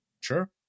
Sure